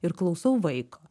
ir klausau vaiko